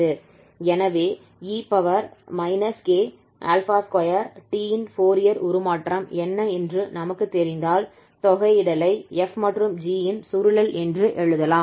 எனவே e k2t ன் Fourier உருமாற்றம் என்ன என்று நமக்குத் தெரிந்தால் தொகையிடலை 𝑓 மற்றும் g இன் சுருளல் என்று எழுதலாம்